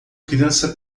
criança